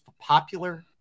popular